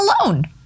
alone